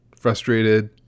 Frustrated